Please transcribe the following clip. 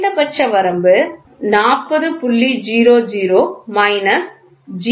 குறைந்தபட்ச வரம்பு 40